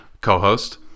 co-host